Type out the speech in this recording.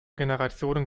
generationen